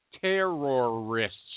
terrorists